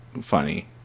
funny